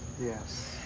Yes